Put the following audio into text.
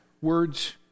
words